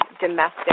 domestic